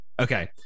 okay